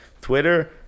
Twitter